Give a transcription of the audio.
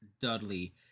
Dudley